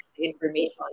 information